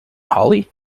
hollie